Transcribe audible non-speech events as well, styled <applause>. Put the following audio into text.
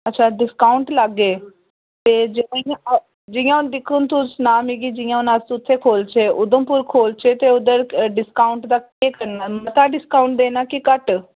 अच्छा डिस्काउंट लागे ते <unintelligible> जि'यां हून दिक्ख हून तू सना मिगी जि'यां अस उत्थै खोह्लचे उधमपुर खोह्लचै ते उद्धर डिस्काउंट दा केह् करना ऐ मता डिस्काउंट देना कि घट्ट